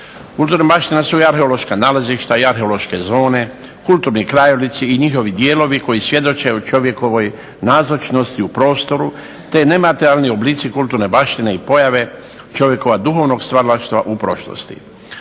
Kulturna baština su i arheološka nalazišta i arheološke zone, kulturni krajolici i njihovi dijelovi koji svjedoče o čovjekovoj nazočnosti u prostoru te nematerijalni oblici kulturne baštine i pojave čovjekova duhovnog stvaralaštva u prošlosti.